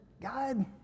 God